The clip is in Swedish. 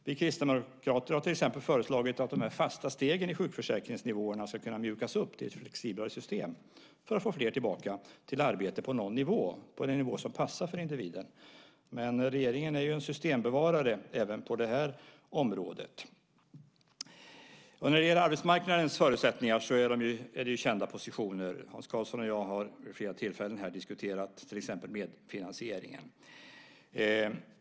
Vi kristdemokrater har bland annat föreslagit att de fasta stegen i sjukförsäkringsnivåerna ska kunna mjukas upp till ett flexiblare system för att få fler tillbaka till arbete på någon nivå, på den nivå som passar för individen. Men regeringen är en systembevarare även på det här området. När det gäller arbetsmarknadens förutsättningar är positionerna kända. Hans Karlsson och jag har vid flera tillfällen diskuterat till exempel medfinansieringen.